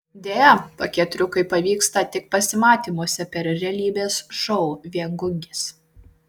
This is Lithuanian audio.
deja tokie triukai pavyksta tik pasimatymuose per realybės šou viengungis